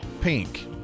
Pink